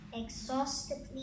exhaustedly